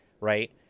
right